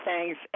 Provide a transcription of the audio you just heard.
thanks